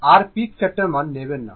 r peak মান নেবেন না